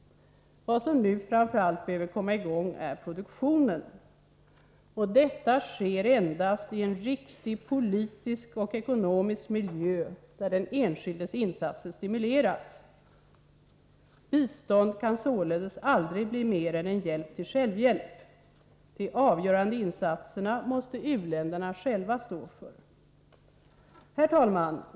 Vad som nu framför allt behöver komma i gång är produktionen — och detta sker endast i en riktig politisk och ekonomisk miljö, där den enskildes insatser stimuleras. Bistånd kan således aldrig bli mera än en hjälp till självhjälp. De avgörande insatserna måste u-länderna själva stå för. Herr talman!